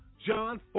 John